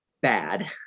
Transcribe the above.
bad